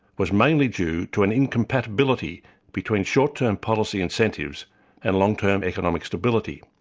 was mainly due to an incompatibility between short-term policy incentives and long-term economic stability.